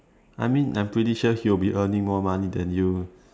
I mean I'm pretty sure he will be earning more money than you